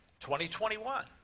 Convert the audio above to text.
2021